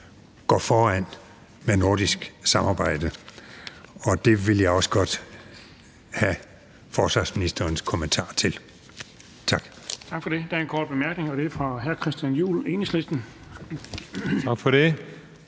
går foran med et nordisk samarbejde, og det vil jeg også godt have forsvarsministerens kommentar til. Tak.